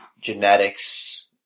genetics